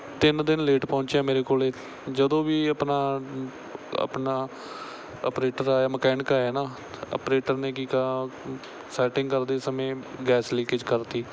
ਤਿੰਨ ਦਿਨ ਲੇਟ ਪਹੁੰਚਿਆ ਮੇਰੇ ਕੋਲ ਜਦੋਂ ਵੀ ਆਪਣਾ ਆਪਣਾ ਆਪਰੇਟਰ ਆਇਆ ਮਕੈਨਿਕ ਆਇਆ ਨਾ ਆਪਰੇਟਰ ਨੇ ਕੀ ਕਾ ਸੈਟਿੰਗ ਕਰਦੇ ਸਮੇਂ ਗੈਸ ਲੀਕੇਜ ਕਰ ਤੀ